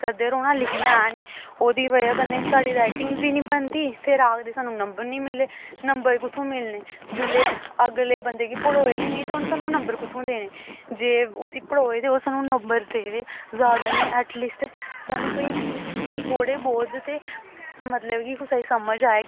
करदे रौह्ना लिखना है निं ओह्दी ब'जा कन्नै साढ़ी राइटिंग बी निं बनदी फिर आखदे सानूं नंबर निं मिले नंबर कु'त्थूं मिलने जेल्लै अगले बंदे गी पढ़ोए गै निं ते उ'न्न सानूं नंबर कु'त्थुआं देने जे उस्सी पढ़ोए ते ओह् सानूं नंबर देऐ जैदा नेईं ऐट लीस्ट सानूं कोई थोह्ड़े ब्हौत ते मतलब कि कुसै गी समझ आए